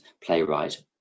playwright